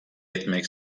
etmek